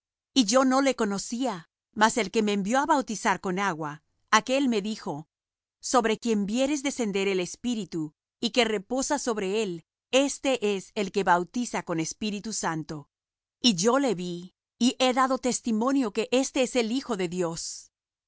y yo no le conocía mas el que me envió á bautizar con agua aquél me dijo sobre quien vieres descender el espíritu y que reposa sobre él éste es el que bautiza con espíritu santo y yo le vi y he dado testimonio que éste es el hijo de dios